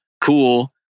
cool